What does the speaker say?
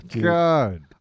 God